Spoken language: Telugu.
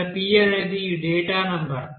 ఇక్కడ p అనేది ఈ డేటా నెంబర్